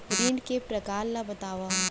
ऋण के परकार ल बतावव?